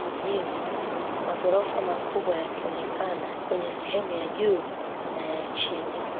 Mjini, maghorofa makubwa yakionekana kwenye sehemu ya juu na ya chini.